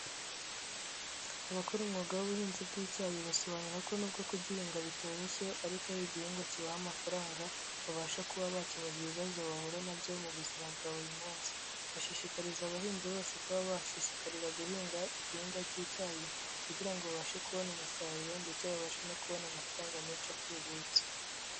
Abakora umwuga w'ubuhinzi bw'icyayi basobanura ko nubwo kugihinga bitoroshye ariko ari igihingwa kibaha amafaranga babasha kuba bakemu ibibazo bahura nabyo mu buzima bwa buri munsi, bashishikariza abahinzi bose kuba babashishikarira guhinga igihingwa cy'icyayi kugira ngo babashe kubona umusaruro ndetse babashe no kubona amafaranga menshi atubutse.